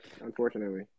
Unfortunately